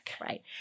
Right